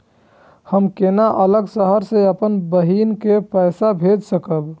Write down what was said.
हम केना अलग शहर से अपन बहिन के पैसा भेज सकब?